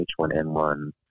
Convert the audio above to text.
H1N1